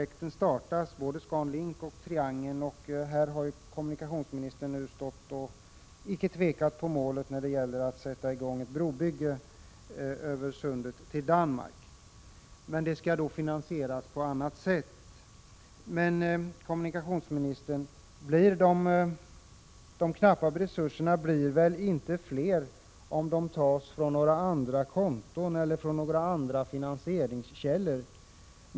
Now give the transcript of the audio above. Enligt svaret skall både ScanLink-projektet och triangelprojektet startas, och kommunikationsministern har här icke tvekat på målet i fråga om att sätta i gång brobygge över sundet till Danmark, vilket dock skall finansieras på annat sätt. Men de små resurserna blir väl inte större, kommunikationsministern, om de tas från några andra konton eller från några andra finansieringskällor?